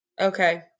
Okay